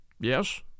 YES